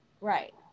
Right